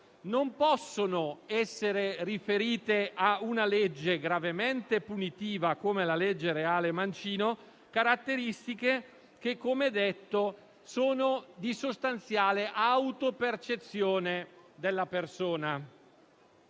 Non possono essere riferite a una legge gravemente punitiva come la legge Mancino-Reale caratteristiche che, come detto, sono di sostanziale autopercezione della persona.